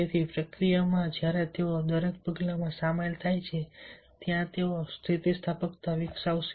તેથી પ્રક્રિયામાં જ્યારે તેઓ દરેક પગલામાં સામેલ થાય છે ત્યાં તેઓ સ્થિતિસ્થાપકતા વિકસાવશે